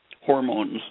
hormones